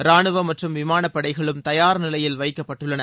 ராணுவம் மற்றும விமானப்படைகளும் தயார்நிலையில் வைக்கப்பட்டுள்ளன